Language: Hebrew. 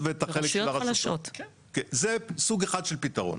זה סוג אחד של פתרון.